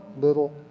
little